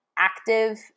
active